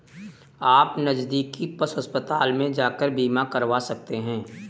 आप नज़दीकी पशु अस्पताल में जाकर बीमा करवा सकते है